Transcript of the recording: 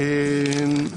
רע"ן מחקר, שירות בתי הסוהר.